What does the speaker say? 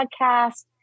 Podcast